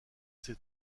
c’est